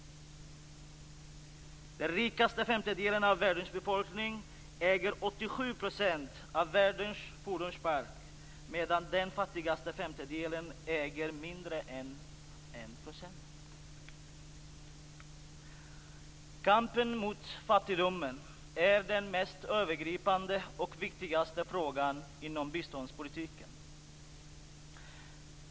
Den rikaste femtedelen av världens befolkningen äger 87 % av världens fordonspark medan den fattigaste femtedelen äger mindre än 1 %. Kampen mot fattigdomen är den mest övergripande och viktigaste frågan inom biståndspolitiken.